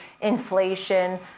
inflation